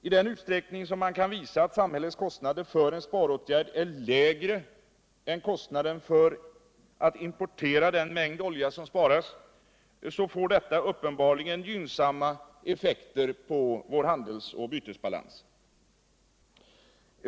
Fden utsträckning man kan visa att samhällets kostnad för en sparåtgärd är lägre än kostnaden för att importera den mängd olja som sparas får detta uppenbarligen gynnsamma effekter på vårt lands handels och bytesbalans.